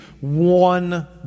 one